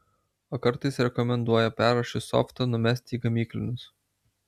o kartais rekomenduoja perrašius softą numest į gamyklinius